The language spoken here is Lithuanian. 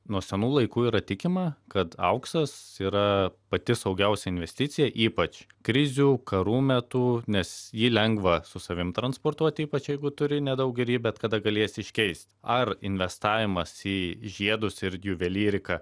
nuo senų laikų yra tikima kad auksas yra pati saugiausia investicija ypač krizių karų metu nes jį lengva su savim transportuot ypač jeigu turi nedaug ir jį bet kada galėsi iškeist ar investavimas į žiedus ir juvelyriką